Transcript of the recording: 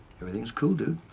everything's cool, dude.